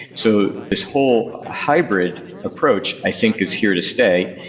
so this whole hybrid approach i think is here to stay,